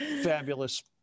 Fabulous